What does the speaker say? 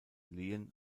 lehen